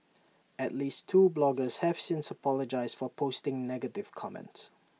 at least two bloggers have since apologised for posting negative comments